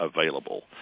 available